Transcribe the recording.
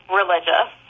religious